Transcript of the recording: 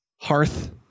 hearth